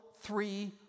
three